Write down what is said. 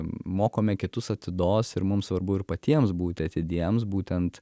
mokome kitus atidos ir mums svarbu ir patiems būti atidiems būtent